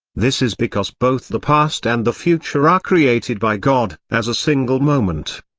this is because both the past and the future are created by god as a single moment.